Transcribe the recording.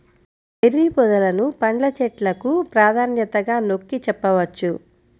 berry పొదలను పండ్ల చెట్లకు ప్రాధాన్యతగా నొక్కి చెప్పవచ్చు